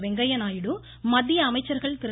வெங்கய்யநாயுடு மத்திய அமைச்சா்கள் திரு